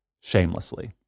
Shamelessly